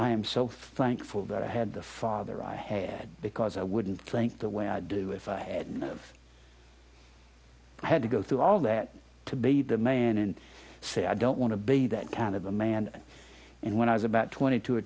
i am so thankful that i had the father i had because i wouldn't think the way i do if i had had to go through all that to be the man and say i don't want to be that kind of a man and when i was about twenty two